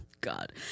God